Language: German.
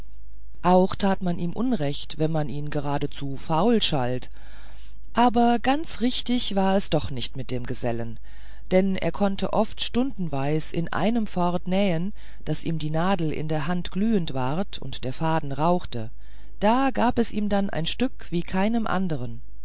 auch tat man ihm unrecht wenn man ihn geradezu faul schalt aber ganz richtig war es doch nicht mit dem gesellen denn er konnte oft stundenweis in einem fort nähen daß ihm die nadel in der hand glühend ward und der faden rauchte da gab es ihm dann ein stück wie keinem andern